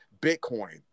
Bitcoin